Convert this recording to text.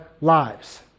lives